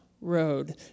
road